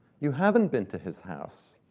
you haven't been to his house.